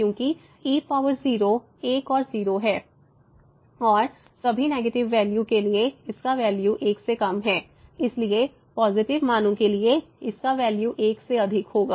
क्योंकि e0 1 और 0 है और सभी नेगेटिव वैल्यू के लिए इसका वैल्यू 1 से कम है इसलिए पॉजिटिव मानों के लिए इसका वैल्यू 1 से अधिक होगा